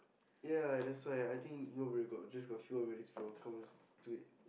ya that's why I think no where got just got flow with this bro just do it